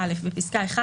- בפסקה (1),